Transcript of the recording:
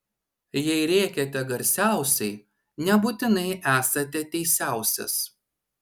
jei rėkiate garsiausiai nebūtinai esate teisiausias